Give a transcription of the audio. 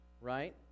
right